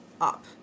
up